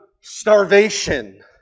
starvation